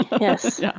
Yes